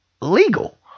legal